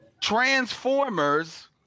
Transformers